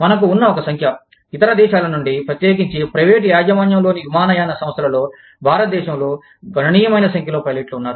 మనకు వున్న ఒక సంఖ్య ఇతర దేశాల నుండి ప్రత్యేకించి ప్రైవేటు యాజమాన్యంలోని విమానయాన సంస్థలలో భారతదేశంలో గణనీయమైన సంఖ్యలో పైలట్లు ఉన్నారు